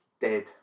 Dead